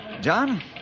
John